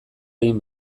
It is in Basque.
egin